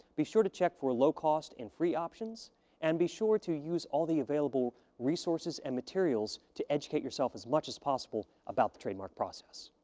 be sure to check for low cost and free options and be sure to use all the available resources and materials to educate yourself as much as possible about the trademark process.